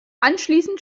anschließend